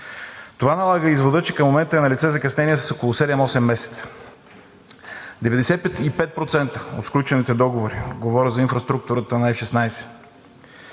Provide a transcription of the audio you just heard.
Това налага извода, че към момента е налице закъснение с около 7 – 8 месеца. В 95% от сключените договори – говоря за инфраструктурата на F-16,